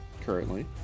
currently